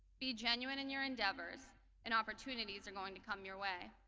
be genuine in your endeavors and opportunities are going to come your way.